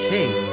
King